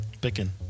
picking